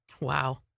Wow